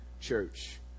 church